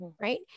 right